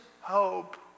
hope